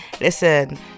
listen